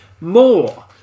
More